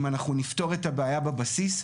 אם אנחנו נפתור את הבעיה בבסיס,